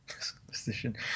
Superstition